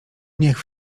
niech